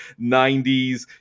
90s